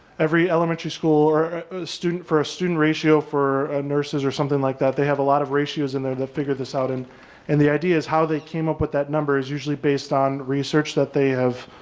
elementary school or student for a student ratio for nurses or something like that. they have a lot of ratios in there, the figure this out and and the idea is how they came up with that number is usually based on research that they have.